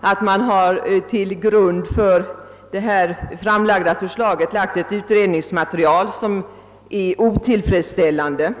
att till grund för det av SJ framlagda förslaget ligger ett utredningsmaterial som är otillfredsställande.